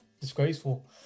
disgraceful